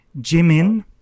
Jimin